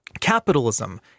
Capitalism